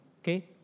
Okay